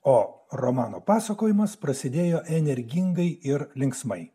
o romano pasakojimas prasidėjo energingai ir linksmai